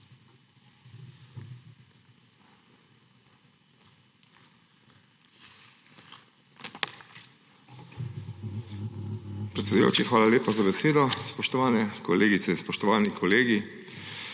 hvala lepa za besedo. Spoštovane kolegice in spoštovani kolegi!